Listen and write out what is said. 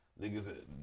niggas